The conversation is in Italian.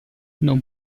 non